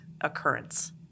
occurrence